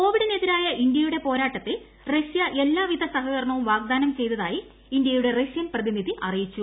കോവിഡിന് എതിരായ ഇന്ത്യയുടെ പോരാട്ടത്തിൽ റഷ്യ എല്ലാവിധ സഹകരണവും വാഗ്ദാനം ചെയ്തതായി ഇന്ത്യയുടെ റഷ്യന്റ് പ്രതിനിധി അറിയിച്ചു